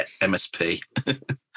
MSP